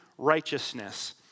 righteousness